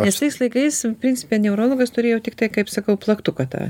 nes tais laikais principe neurologas turėjo tiktai kaip sakau plaktuką tą